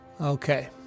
Okay